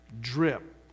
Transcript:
drip